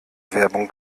werbung